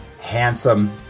handsome